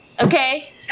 okay